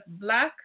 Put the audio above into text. black